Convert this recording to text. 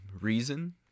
reason